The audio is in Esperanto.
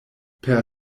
per